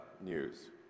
news